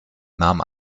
nahm